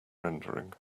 rendering